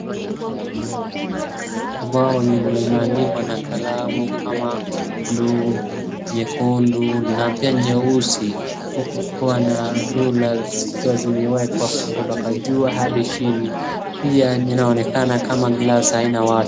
Ubao yenye imeandikwa na kalamu kama buluu, nyekundu, na pia nyeusi huku kuwa na ruler zikiwa zimewekwa kutoka juu hadi chini. Pia inaonekana kama class haina watu.